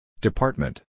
Department